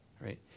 Right